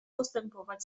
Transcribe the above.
postępować